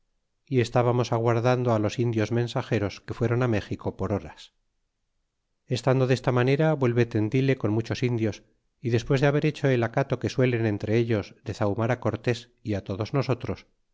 y estábamos aguardando los indios mensageros que fueron méxico por horas y estando desta manera vuelve tendile con muchos indios y despues de haber hecho el acato que suelen entre ellos de zahumar á cortés y todos nosotros